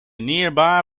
nearby